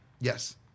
Yes